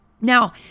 Now